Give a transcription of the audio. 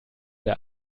der